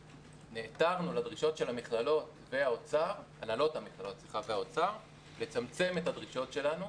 שנעתרנו לדרישות של הנהלות המכללות והאוצר לצמצם את הדרישות שלנו,